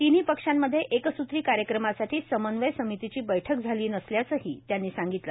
तिन्ही पक्षांमध्ये एकसूत्री कार्यक्रमासाठी संमन्वय समितीची बैठक झाली नसल्याचंही त्यांनी सांगितलं